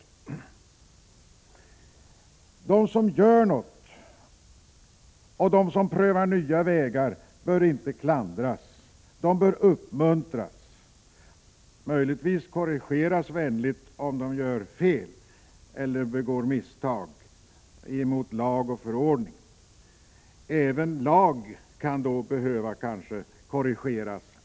De som gör något, och de som prövar nya vägar, bör inte klandras utan uppmuntras. Möjligtvis skall de korrigeras vänligt, om de gör fel eller bryter mot lag och förordning. Även lagar kan alltemellanåt behöva korrigeras.